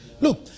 Look